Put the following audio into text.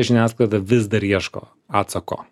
žiniasklaida vis dar ieško atsako